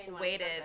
waited